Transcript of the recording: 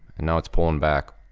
now it's pullin' back.